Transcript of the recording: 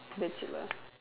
that's it lah